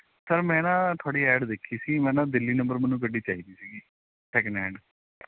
sir ਮੈਂ ਨਾ ਤੁਹਾਡੀ ਐਡ ਦੇਖੀ ਸੀ ਮੈ ਨਾ ਦਿੱਲੀ ਨੰਬਰ ਮੈਨੂੰ ਗੱਡੀ ਚਾਹੀਦੀ ਸੀ ਸੈਕਿੰਡ ਹੈਂਡ